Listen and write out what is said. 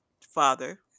father